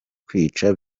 kwica